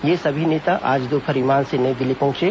ये सभी नेता आज दोपहर विमान से नई दिल्ली पहुंचे